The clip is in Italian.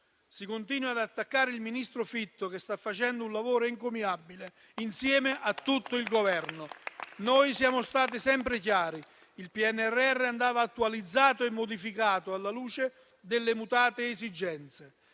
Si continua ad attaccare il ministro Fitto, che sta facendo un lavoro encomiabile insieme a tutto il Governo. Noi siamo stati sempre chiari: il PNRR andava attualizzato e modificato alla luce delle mutate esigenze.